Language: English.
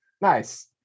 Nice